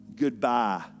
goodbye